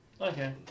Okay